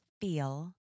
feel